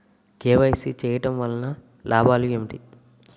KYC చేయటం వలన లాభాలు ఏమిటి?